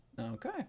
Okay